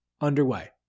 underway